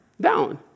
down